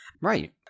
right